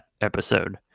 episode